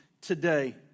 today